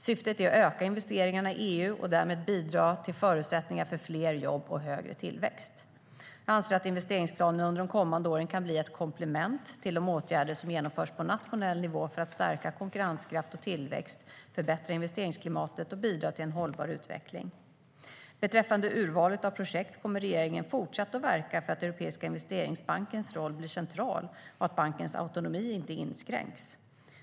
Syftet är att öka investeringarna i EU och därigenom bidra till förutsättningar för fler jobb och högre tillväxt. Beträffande urvalet av projekt kommer regeringen att fortsätta att verka för att Europeiska investeringsbankens roll blir central och att bankens autonomi inte inskränks.